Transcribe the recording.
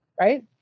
right